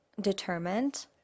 determined